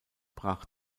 brach